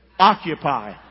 Occupy